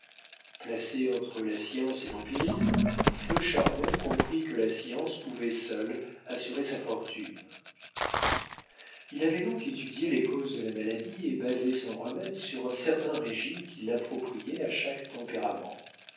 placé entre la science et l'empirisme feu chardon comprit que la science pouvait seule assurer sa fortune il avait donc étudié les causes de la maladie et basé son remède sur un certain régime qui l'appropriait à chaque tempérament